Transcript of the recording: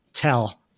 Tell